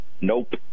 Nope